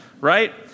right